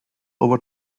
over